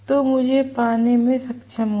तो मुझे पाने में सक्षम होना चाहिए